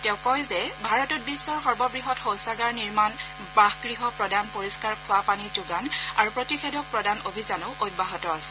তেওঁ কয় যে ভাৰতত বিশ্বৰ সৰ্ববৃহৎ শৌচাগাৰ নিৰ্মাণ বাসগৃহ প্ৰদান পৰিহ্বাৰ খোৱাপানী যোগান আৰু প্ৰতিষেধক প্ৰদান অভিযানো অব্যাহত আছে